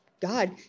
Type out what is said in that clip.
God